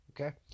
Okay